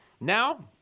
Now